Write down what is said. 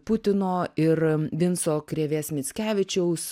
putino ir vinco krėvės mickevičiaus